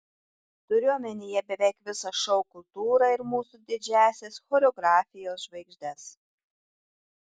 turiu omenyje beveik visą šou kultūrą ir mūsų didžiąsias choreografijos žvaigždes